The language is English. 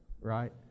right